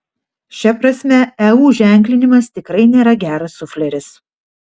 šia prasme eu ženklinimas tikrai nėra geras sufleris